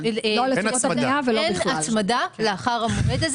אין הצמדה לאחר המועד.